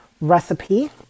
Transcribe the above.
recipe